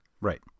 Right